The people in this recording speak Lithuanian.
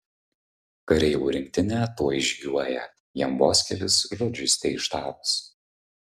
kareivų rinktinė tuoj žygiuoja jam vos kelis žodžius teištarus